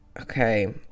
Okay